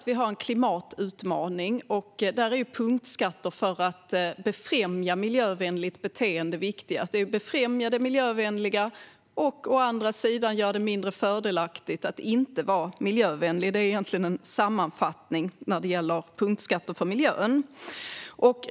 Vi har en klimatutmaning, och där är punktskatter för att främja miljövänligt beteende viktiga. Vi vill främja det miljövänliga och å andra sidan göra det mindre fördelaktigt att inte vara miljövänlig. Det är en sammanfattning när det gäller punktskatter för miljön.